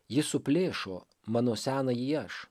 ji suplėšo mano senąjį aš